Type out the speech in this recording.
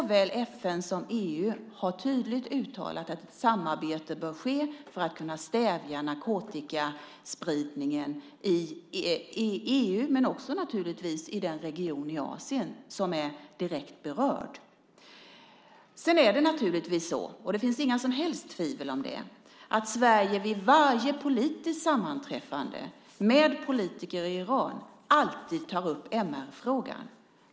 Såväl FN som EU har tydligt uttalat att samarbete bör ske för att man ska kunna stävja narkotikaspridningen i EU men naturligtvis också i den region i Asien som är direkt berörd. Sedan är det naturligtvis så - det finns inga som helst tvivel om det - att Sverige vid varje politiskt sammanträffande med politiker i Iran alltid tar upp MR-frågan.